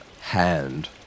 hand